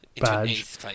badge